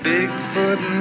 Bigfoot